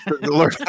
learn